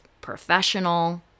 Professional